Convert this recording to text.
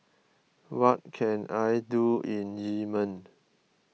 what can I do in Yemen